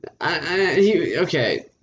Okay